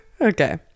Okay